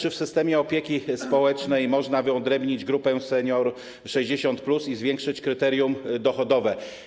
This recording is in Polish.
Czy w systemie opieki społecznej można wyodrębnić grupę senior 60+ i zwiększyć, podwyższyć kryterium dochodowe?